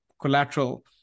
collateral